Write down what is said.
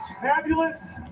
fabulous